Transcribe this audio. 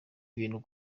ibintu